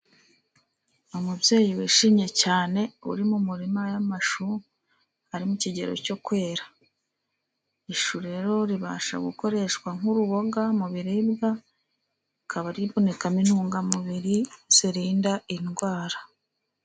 Umubyeyi wishimye cyane uri mu murima w'amashu ari mu kigero cyo kwera. Ishu rero ribasha gukoreshwa nk'uruboga mu biribwa rikaba ribonekamo intungamubiri zirinda indwara.